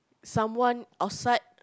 someone outside